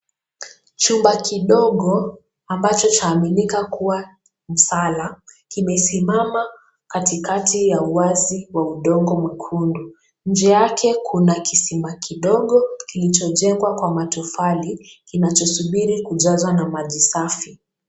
Chumba kidogo ambacho chaaminika kuwa msala kimesimama katikati ya uwazi wa udongo mwekundu. Nje yake kuna kisima kidogo kilichojengwa na matofali kinachosubiri kujazwa na maji safi.